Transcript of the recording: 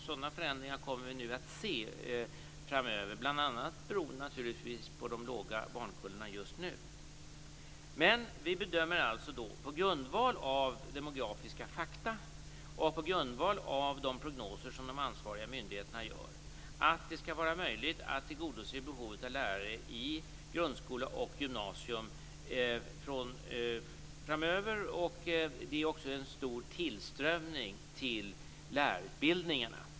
Sådana förändringar kommer vi nu att se framöver, bl.a. beroende på de små barnkullarna just nu. På grundval av demografiska fakta och på grundval av de prognoser som de ansvariga myndigheterna gör, bedömer vi att det skall vara möjligt att tillgodose behovet av lärare i grundskola och gymnasium framöver. Det är också en stor tillströmning till lärarutbildningarna.